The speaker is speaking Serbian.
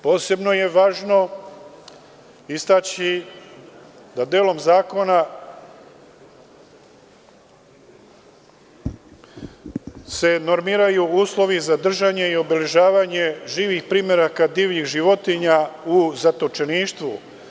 Posebno je važno istaći da delom zakona se normiraju uslovi za držanje i obeležavanje živih primeraka divljih životinja u zatočeništvu.